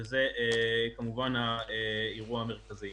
וזה כמובן האירוע המרכזי.